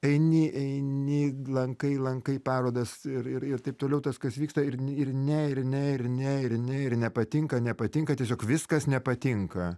eini eini lankai lankai parodas ir ir ir taip toliau tas kas vyksta ir ir ne ir ne ir ne ir ne ir nepatinka nepatinka tiesiog viskas nepatinka